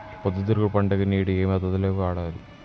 పొద్దుతిరుగుడు పంటకి నీటిని ఏ మోతాదు లో వాడాలి?